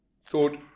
thought